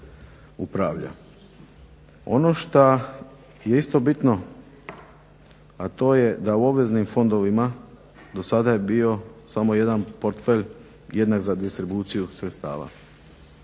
Ono što je isto bitno a to je da u obveznim fondovima do sada je bio samo jedan portfelj jedne za distribuciju sredstava.